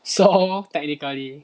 so technically